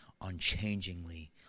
unchangingly